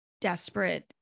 desperate